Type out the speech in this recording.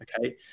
okay